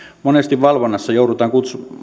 monesti valvonnassa joudutaan